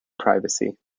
privacy